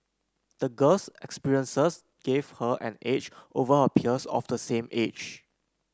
the girl's experiences gave her an edge over her peers of the same age